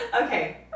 Okay